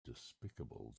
despicable